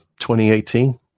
2018